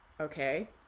okay